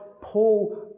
Paul